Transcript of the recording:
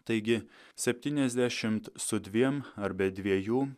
taigi septyniasdešimt su dviem ar be dviejų